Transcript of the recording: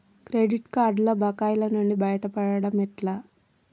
Credit కార్డుల బకాయిల నుండి బయటపడటం ఎట్లా?